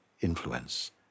influence